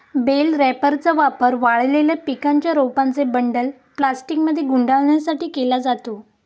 bell रॅपरचा वापर वाळलेल्या पिकांच्या रोपांचे बंडल प्लास्टिकमध्ये गुंडाळण्यासाठी केला जातो